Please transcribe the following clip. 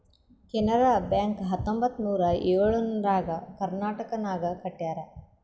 Canara Bank ಹತ್ತೊಂಬತ್ತ್ ನೂರಾ ಎಳುರ್ನಾಗ್ ಕರ್ನಾಟಕನಾಗ್ ಕಟ್ಯಾರ್